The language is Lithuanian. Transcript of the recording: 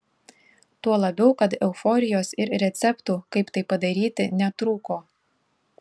tuo labiau kad euforijos ir receptų kaip tai padaryti netrūko